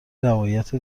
روایت